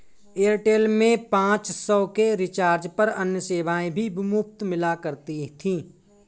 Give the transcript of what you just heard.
Airtel में पाँच सौ के रिचार्ज पर अन्य सेवाएं भी मुफ़्त मिला करती थी